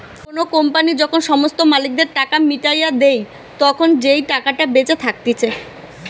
কোনো কোম্পানি যখন সমস্ত মালিকদের টাকা মিটাইয়া দেই, তখন যেই টাকাটা বেঁচে থাকতিছে